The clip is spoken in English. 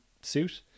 suit